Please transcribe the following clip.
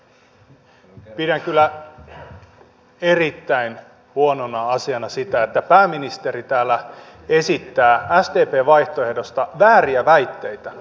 pidän kyllä erittäin huonona asiana sitä että pääministeri täällä esittää sdpn vaihtoehdosta vääriä väitteitä